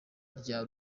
rya